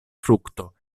frukto